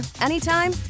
anytime